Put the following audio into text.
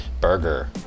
Burger